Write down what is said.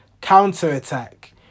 counter-attack